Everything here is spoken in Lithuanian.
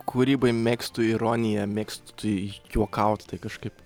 kūryboj mėgstu ironiją mėgsti juokaut tai kažkaip